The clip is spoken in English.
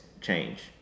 change